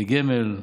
בגמל.